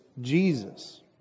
Jesus